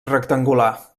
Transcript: rectangular